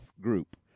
group